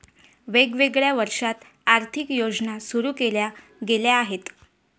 वेगवेगळ्या वर्षांत आर्थिक योजना सुरू केल्या गेल्या आहेत